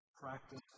Practice